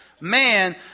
man